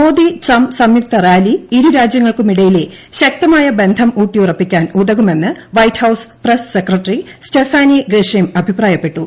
Modi Trump സംയുക്ത rally ഇരുരൂജ്യങ്ങൾക്കുമിടയിലെ ശക്തമായ ബന്ധം ഊട്ടിയുറപ്പിക്കാൻ ഉതകുമെന്ന് ് white house press secretary Stephanie Grisham അഭിപ്രായപ്പെട്ടു